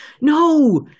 No